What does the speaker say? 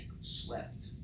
slept